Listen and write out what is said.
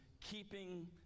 keeping